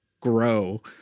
grow